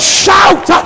shout